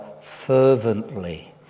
fervently